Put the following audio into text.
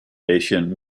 asian